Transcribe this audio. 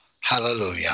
Hallelujah